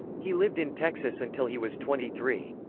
he lived in texas until he was twenty three.